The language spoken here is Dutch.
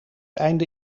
einde